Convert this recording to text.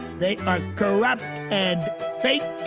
they are corrupt and fake